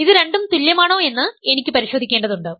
ഇത് രണ്ടും തുല്യമാണോ എന്ന് എനിക്ക് പരിശോധിക്കേണ്ടതുണ്ട്